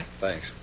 Thanks